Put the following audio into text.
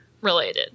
related